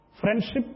Friendship